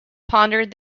pondered